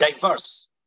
Diverse